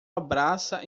abraça